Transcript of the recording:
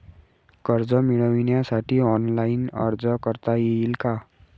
कर्ज मिळविण्यासाठी ऑनलाइन अर्ज करता येईल का?